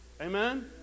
Amen